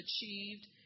achieved